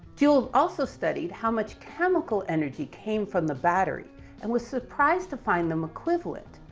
joule also studied how much chemical energy came from the battery and was surprised to find them equivalent.